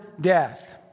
death